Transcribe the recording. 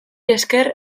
esker